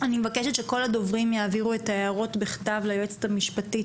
אני מבקשת שכל הדוברים יעבירו הערות בכתב ליועצת המשפטית